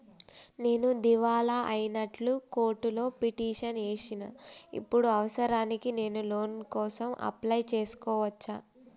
నేను దివాలా అయినట్లు కోర్టులో పిటిషన్ ఏశిన ఇప్పుడు అవసరానికి నేను లోన్ కోసం అప్లయ్ చేస్కోవచ్చా?